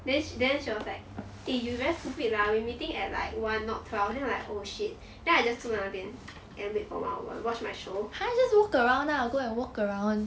then then she was like eh you very stupid lah we meeting at like one not twelve then like oh shit then I just 坐在那边 and wait for a while watch my show